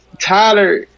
Tyler